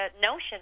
notion